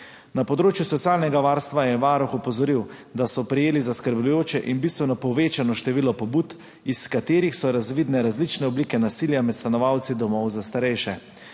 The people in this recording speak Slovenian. Na področju socialnega varstva je Varuh opozoril, da so prejeli zaskrbljujoče in bistveno povečano število pobud, iz katerih so razvidne različne oblike nasilja med stanovalci domov za starejše.